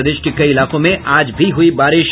और प्रदेश के कई इलाकों में आज भी हुई बारिश